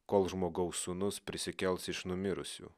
kol žmogaus sūnus prisikels iš numirusių